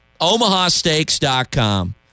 Omahasteaks.com